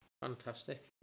Fantastic